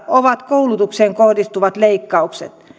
ovat koulutukseen kohdistuvat leikkaukset